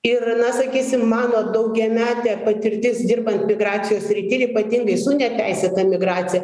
ir na sakysim mano daugiametė patirtis dirbant migracijos srity ypatingai su neteisėta migracija